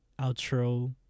outro